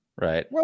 Right